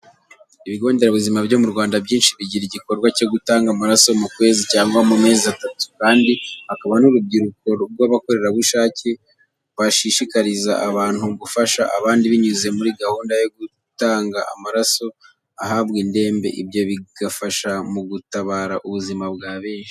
Ibigo nderabuzima byo mu Rwanda byinshi bigira igikorwa cyo gutanga amaraso mu kwezi cyangwa mu mezi atatu, kandi hakaba n'urubyiruko rw'abakorerabushake bashishikariza abantu gufasha abandi binyuze muri gahunda yo gutanga amaraso ahabwa indembe, ibyo bigafasha mu gutabara ubuzima bwa benshi.